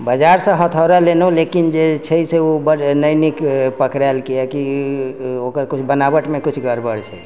बजारसँ हथौड़ा लेलहुँ लेकिन जे छै से ओ बड्ड नहि नीक पकड़ायल किआकि ओकर किछु बनावटमे किछु गड़बड़ छै